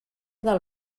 del